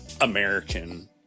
American